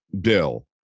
bill